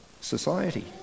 society